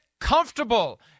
comfortable